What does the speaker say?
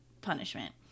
punishment